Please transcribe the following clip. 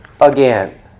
again